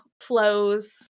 flows